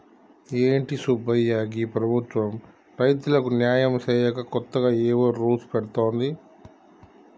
ఏంటి సుబ్బయ్య గీ ప్రభుత్వం రైతులకు న్యాయం సేయక కొత్తగా ఏవో రూల్స్ పెడుతోంది